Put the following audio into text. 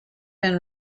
been